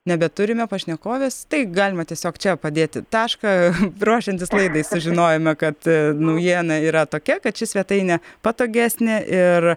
nebeturime pašnekovės tai galima tiesiog čia padėti tašką ruošiantis laidai sužinojome kad naujiena yra tokia kad ši svetainė patogesnė ir